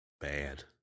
bad